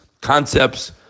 concepts